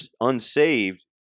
unsaved